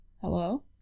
Hello